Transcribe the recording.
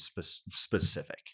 specific